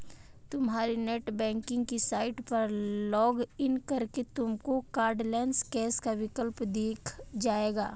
तुम्हारी नेटबैंकिंग की साइट पर लॉग इन करके तुमको कार्डलैस कैश का विकल्प दिख जाएगा